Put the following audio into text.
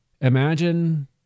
Imagine